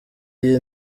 y’iyi